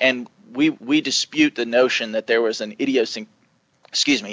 and we dispute the notion that there was an idiot excuse me